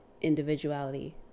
individuality